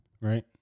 Right